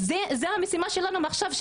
זאת המשימה שלנו מעכשיו,